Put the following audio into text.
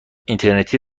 اینترنتی